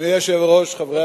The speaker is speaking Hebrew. רבותי חברי